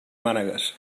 mànegues